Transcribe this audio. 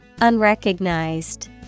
Unrecognized